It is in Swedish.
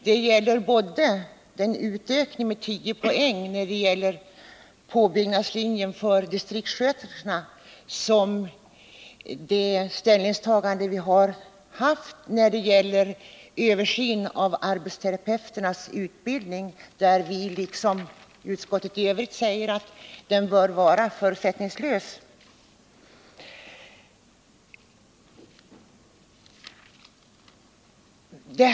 Det gäller såväl den utökning med 10 poäng i fråga om påbyggnadslinjen för distriktssköterskorna som ställningstagandet till en översyn av arbetsterapeuternas utbildning där vi, liksom utskottsledamöterna i övrigt, säger att undersökningen bör vara förutsättningslös.